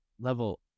level